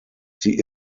sie